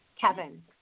Kevin